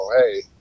hey